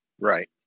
Right